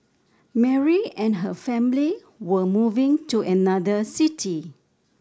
Mary and her family were moving to another city